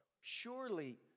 surely